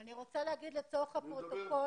--- אני רוצה להגיד לצורך הפרוטוקול